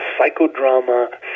psychodrama